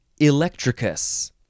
electricus